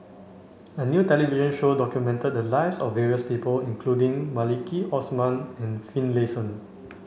a new television show documented the lives of various people including Maliki Osman and Finlayson